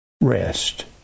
rest